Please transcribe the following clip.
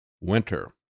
winter